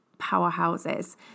powerhouses